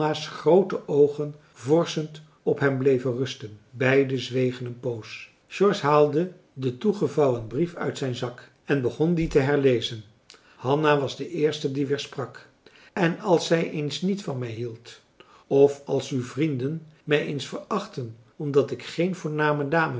groote oogen vorschend op hem bleven rusten beiden zwegen een poos george haalde den toegevouwen brief uit zijn zak en begon dien te herlezen hanna was de eerste die weer sprak en als zij eens niet van mij hield of als uw vrienden mij eens verachtten omdat ik geen voorname dame